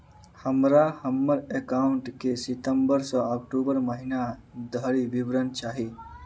हमरा हम्मर एकाउंट केँ सितम्बर सँ अक्टूबर महीना धरि विवरण चाहि?